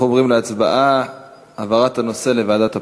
אנחנו עוברים להצבעה על העברת הנושא לוועדת הפנים.